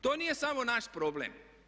To nije samo naš problem.